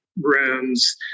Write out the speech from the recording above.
rooms